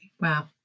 Wow